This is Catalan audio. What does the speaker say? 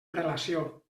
prelació